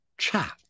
chat